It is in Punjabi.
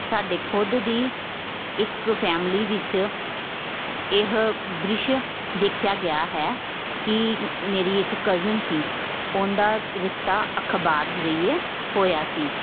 ਸਾਡੇ ਖੁਦ ਦੀ ਇੱਕ ਫੈਮਲੀ ਵਿੱਚ ਇਹ ਦ੍ਰਿਸ਼ ਦੇਖਿਆ ਗਿਆ ਹੈ ਕਿ ਮੇਰੀ ਇੱਕ ਕਜ਼ਨ ਸੀ ਉਹਦਾ ਰਿਸ਼ਤਾ ਅਖਬਾਰ ਜ਼ਰੀਏ ਹੋਇਆ ਸੀ